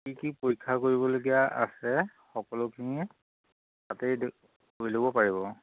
কি কি পৰীক্ষা কৰিবলগীয়া আছে সকলোখিনি তাতে কৰি ল'ব পাৰিব